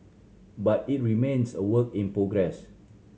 but it remains a work in progress